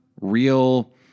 Real